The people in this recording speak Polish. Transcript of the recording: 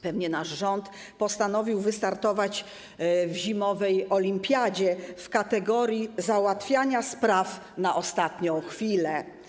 Pewnie nasz rząd postanowił wystartować w zimowej olimpiadzie w kategorii załatwiania spraw na ostatnią chwilę.